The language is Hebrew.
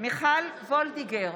בהצבעה מיכל וולדיגר,